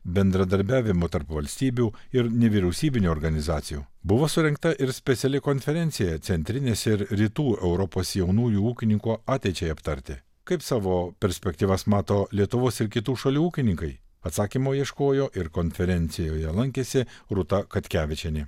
bendradarbiavimu tarp valstybių ir nevyriausybinių organizacijų buvo surengta ir speciali konferencija centrinės ir rytų europos jaunųjų ūkininkų ateičiai aptarti kaip savo perspektyvas mato lietuvos ir kitų šalių ūkininkai atsakymo ieškojo ir konferencijoje lankėsi rūta katkevičienė